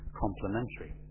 complementary